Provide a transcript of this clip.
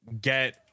get